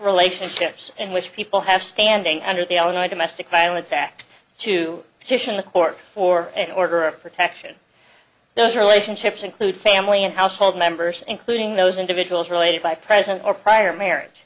relationships in which people have standing under the other night a mystic violence act to position the court for an order of protection those relationships include family and household members including those individuals related by present or prior marriage